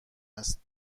است